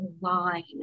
line